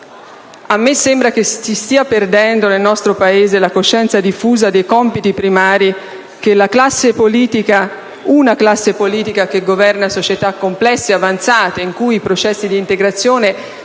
Paese si stia perdendo la coscienza diffusa dei compiti primari di una classe politica che governa società complesse e avanzate, in cui i processi di integrazione sono